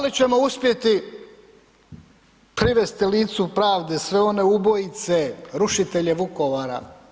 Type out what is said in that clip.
Da li ćemo uspjeti privesti licu pravde sve one ubojice, rušitelje Vukovara?